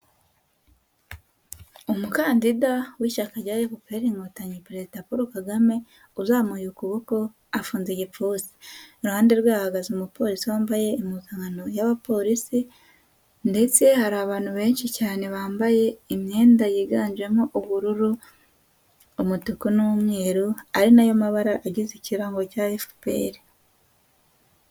Umukandida w'ishyaka rya FPR Inkotanyi Perezida Paul Kagame uzamuye ukuboko afunze igipfunsi, iruhande rwe hahagaze umupolisi wambaye impuzankano y'abapolisi ndetse hari abantu benshi cyane bambaye imyenda yiganjemo ubururu, umutuku n'umweru ari na yo mabara agize ikirango cya FPR.